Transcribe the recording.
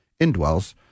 indwells